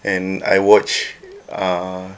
and I watch uh